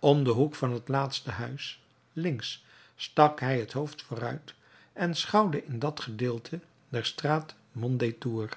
om den hoek van het laatste huis links stak hij het hoofd vooruit en schouwde in dat gedeelte der straat mondétour